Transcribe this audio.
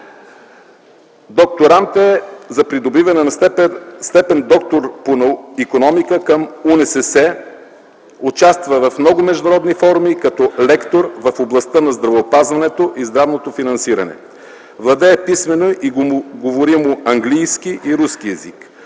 Докторант е за придобиване на степен „Доктор по икономика” към УНСС, участва в много международни форуми като лектор в областта на здравеопазването и здравното финансиране. Владее писмено и говоримо английски и руски език.